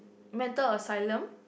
mental asylum